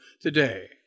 today